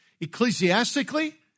Ecclesiastically